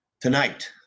tonight